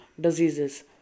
diseases